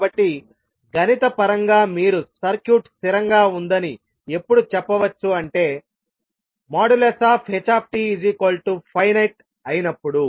కాబట్టి గణిత పరంగా మీరు సర్క్యూట్ స్థిరంగా ఉందని ఎప్పుడు చెప్పవచ్చు అంటే htfinite అయినప్పుడు